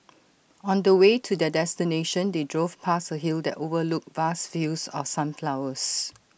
on the way to their destination they drove past A hill that overlooked vast fields of sunflowers